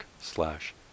slash